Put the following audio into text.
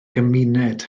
gymuned